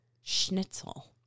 schnitzel